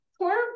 poor